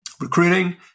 recruiting